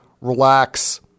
relax